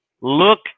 look